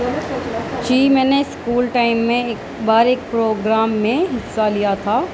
جی میں نے school time میں ایک بار ایک پروگرام میں حصہ لیا تھا